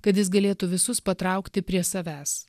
kad jis galėtų visus patraukti prie savęs